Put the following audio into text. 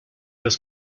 los